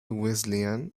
wesleyan